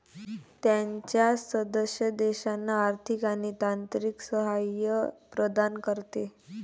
त्याच्या सदस्य देशांना आर्थिक आणि तांत्रिक सहाय्य प्रदान करते